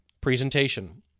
Presentation